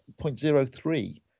0.03